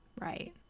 right